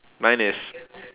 mine is